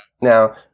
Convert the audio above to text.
now